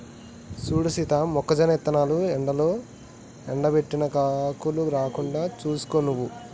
సూడు సీత మొక్కజొన్న ఇత్తనాలను ఎండలో ఎండబెట్టాను కాకులు రాకుండా సూసుకో నువ్వు